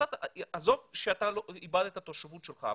עזוב שאיבדת את התושבות שלך.